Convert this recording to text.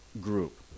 group